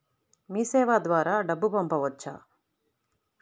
మీసేవ ద్వారా డబ్బు పంపవచ్చా?